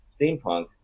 Steampunk